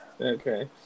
Okay